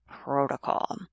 Protocol